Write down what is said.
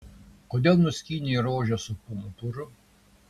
kodėl nuskynei rožę su pumpuru